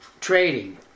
trading